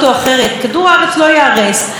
ובמיוחד החיים שלנו,